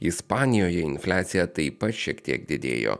ispanijoje infliacija taip pat šiek tiek didėjo